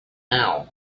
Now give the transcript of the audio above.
now